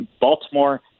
Baltimore